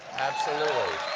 absolutely.